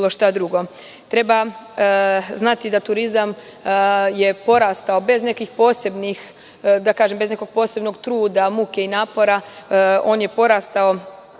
drugo. Treba znati da je turizam porastao bez nekog posebnog truda, muke i napora,